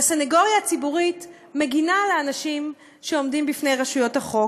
והסנגוריה הציבורית מגינה על האנשים שעומדים בפני רשויות החוק.